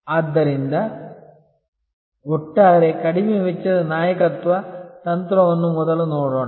ಆದ್ದರಿಂದ ಒಟ್ಟಾರೆ ಕಡಿಮೆ ವೆಚ್ಚದ ನಾಯಕತ್ವ ತಂತ್ರವನ್ನು ಮೊದಲು ನೋಡೋಣ